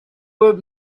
were